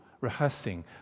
rehearsing